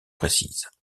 précise